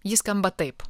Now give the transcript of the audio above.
ji skamba taip